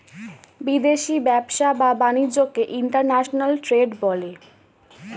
বিদেশি ব্যবসা বা বাণিজ্যকে ইন্টারন্যাশনাল ট্রেড বলে